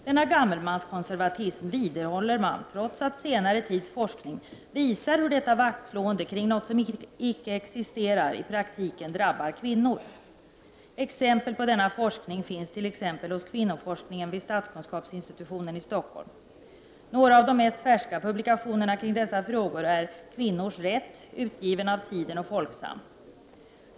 Denna gammelmanskonservatism vidhåller man, trots att senare tids forskning visar hur detta vaktslående kring något som icke existerar i praktiken drabbar kvinnor. Exempel på denna forskning finns t.ex. hos kvinnoforskningen vid statskunskapsinstitutionen i Stockholm. Några av de mest färska publikationerna kring dessa frågor är Kvinnors rätt, utgiven av Tiden och Folksam.